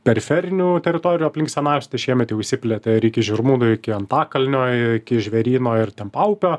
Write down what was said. periferinių teritorijų aplink senamiestį šiemet jau išsiplėtė iki žirmūnų iki antakalnio iki žvėryno ir ten paupio